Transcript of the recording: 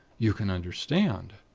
you can understand?